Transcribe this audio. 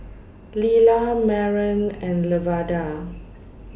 Lilah Maren and Lavada